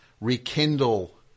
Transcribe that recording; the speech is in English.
rekindle